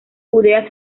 judea